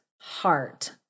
Heart